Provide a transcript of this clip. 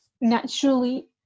naturally